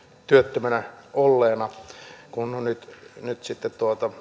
työttömänä olleena ja kun hän on nyt nyt sitten